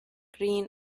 green